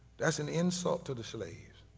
that's an insult to the slaves,